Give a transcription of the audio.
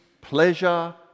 pleasure